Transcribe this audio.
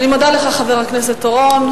אני מודה לך, חבר הכנסת אורון.